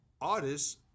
artists